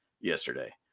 yesterday